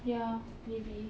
ya maybe